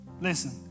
Listen